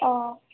অঁ